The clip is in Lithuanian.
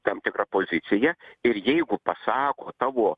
tam tikra pozicija ir jeigu pasako tavo